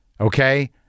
Okay